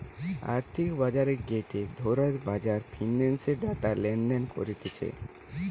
আর্থিক বাজার গটে ধরণের বাজার ফিন্যান্সের ডেটা লেনদেন করতিছে